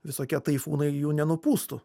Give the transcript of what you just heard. visokie taifūnai jų nenupūstų